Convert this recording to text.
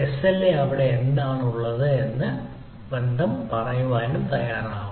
SLA അവിടെ എന്താണുള്ളത് എന്നത് ഒരു കരാറാണ്